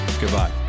Goodbye